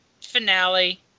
finale